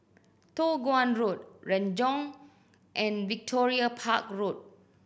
Toh Guan Road Renjong and Victoria Park Road